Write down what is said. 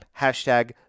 hashtag